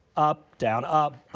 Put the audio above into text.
up, down, up,